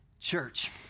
Church